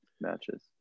matches